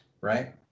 right